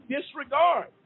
disregard